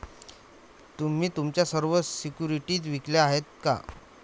तुम्ही तुमच्या सर्व सिक्युरिटीज विकल्या आहेत का?